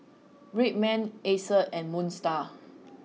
Red Man Acer and Moon Star